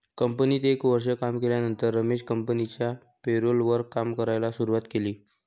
कंपनीत एक वर्ष काम केल्यानंतर रमेश कंपनिच्या पेरोल वर काम करायला शुरुवात केले